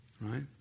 Right